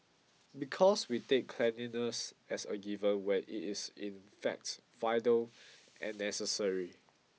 because we take cleanliness as a given when it is in fact vital and necessary